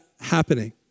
Happening